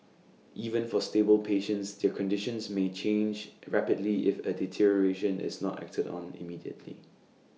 even for stable patients their conditions may change rapidly if A deterioration is not acted on immediately